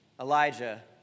Elijah